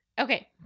Okay